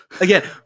again